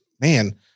Man